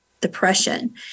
depression